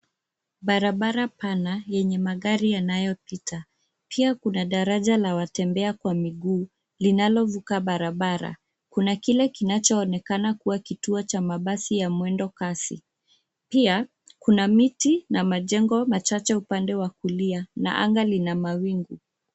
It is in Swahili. Barabara pana yenye magari yanayopita pia kuna daraja la watembea kwa miguu linalovuka barabara ,kuna kile kinachoonekana kuwa kituo cha mabasi ya mwendo kasi pia kuna miti na majengo machache upande wa kulia na anga lina mawingu.